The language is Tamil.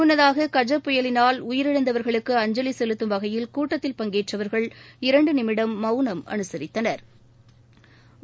முன்னதாக கஜ புயலினால் உயிரிழந்தவர்களுக்கு அஞ்சலிசெலுத்தும் வகையில் கூட்டத்தில் பங்கேற்றவா்கள் இரண்டுநிமிடம் மவுனம் அனுசரித்தனா்